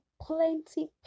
plenty